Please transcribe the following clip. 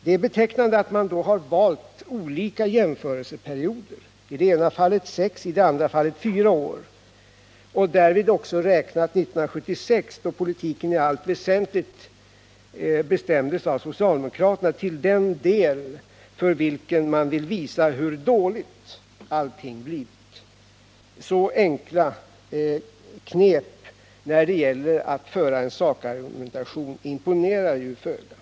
Det är betecknande att man då har valt olika jämförelseperioder, nämligen i det ena fallet sex och i det andra fallet fyra år, och därvid också räknat 1976, då politiken i allt väsentligt bestämdes av socialdemokraterna, till den period med vilken man vill visa hur dåligt allting blivit. Så enkla knep när det gäller att argumentera i sak imponerar ju föga.